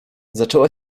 zaczęła